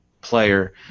player